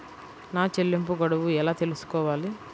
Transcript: నా చెల్లింపు గడువు ఎలా తెలుసుకోవాలి?